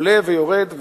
עולה ויורד,